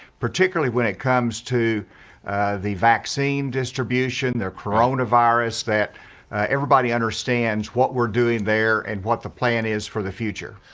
particularly when it comes to the vaccine distribution, their coronavirus that everybody understands what we're doing there and what the plan is for the future.